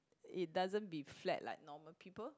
it's doesn't be flat like normal people